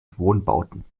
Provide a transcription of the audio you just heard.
wohnbauten